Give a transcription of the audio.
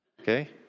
okay